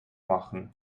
machen